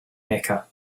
mecca